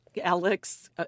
alex